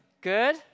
Good